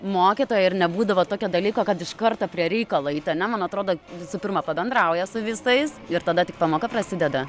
mokytoja ir nebūdavo tokio dalyko kad iš karto prie reikalo eit ane man atrodo visų pirma pabendrauja su visais ir tada tik pamoka prasideda